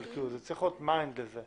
אבל צריכים להיות מיינדד לזה